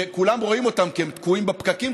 שכולם רואים אותם כי הם תקועים בפקקים,